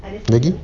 lagi